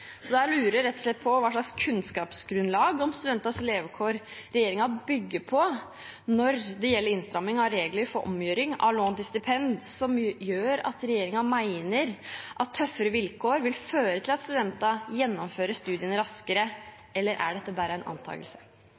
Så jeg lurer rett og slett på hva slags kunnskapsgrunnlag om studentenes levekår regjeringen bygger på når det gjelder innstrammingen av reglene for omgjøring av lån til stipend, som gjør at regjeringen mener at tøffere vilkår vil føre til at studentene gjennomfører studiene raskere – eller er dette bare en antagelse?